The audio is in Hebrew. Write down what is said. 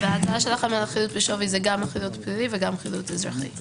וההצעה שלכם לחילוט בשווי זה גם בחילוט פלילי וגם באזרחי.